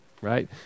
right